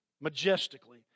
majestically